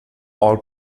all